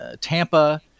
Tampa